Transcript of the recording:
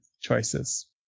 choices